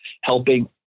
helping